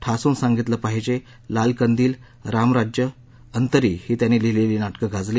ठासून सांगितलं पाहिजे लाल कंदील रामराज्य अंतरी ही त्यांनी लिहिलेली नाटकं गाजली